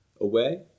away